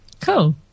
Cool